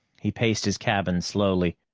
he paced his cabin slowly,